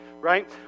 right